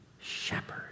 shepherd